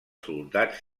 soldats